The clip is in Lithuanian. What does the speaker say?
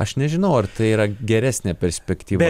aš nežinau ar tai yra geresnė perspektyva